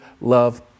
love